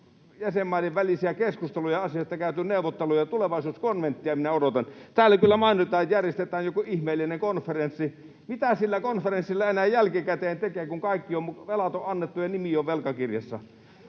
jäsenmaiden välisiä keskusteluja, neuvotteluja asiasta käyty. Tulevaisuuskonventtia minä odotan. Täällä kyllä mainitaan, että järjestetään joku ihmeellinen konferenssi. Mitä sillä konferenssilla enää jälkikäteen tekee, kun kaikki velat on annettu ja nimi on velkakirjassa?